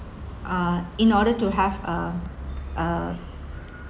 uh in order to have uh uh